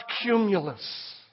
cumulus